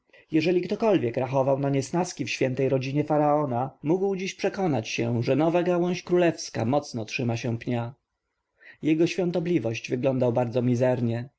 jeżeli ktokolwiek rachował na niesnaski w świętej rodzinie faraona mógł dziś przekonać się że nowa gałąź królewska mocno trzyma się pnia jego świątobliwość wyglądał bardzo mizernie